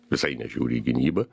visai nežiūri į gynybą